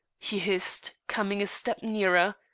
he hissed, coming a step nearer.